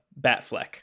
Batfleck